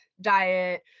diet